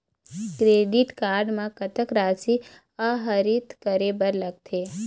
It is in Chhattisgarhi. क्रेडिट कारड म कतक राशि आहरित करे बर लगथे?